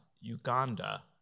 Uganda